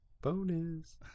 Bonus